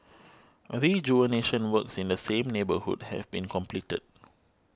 rejuvenation works in the same neighbourhood have been completed